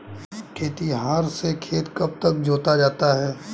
खेतिहर से खेत कब जोता जाता है?